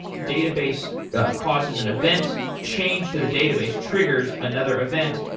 database causes an event, change to the database triggers another event,